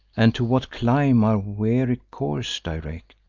and to what clime our weary course direct.